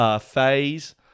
phase